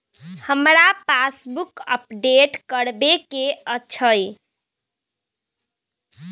हमरा passbook update करैबे के अएछ?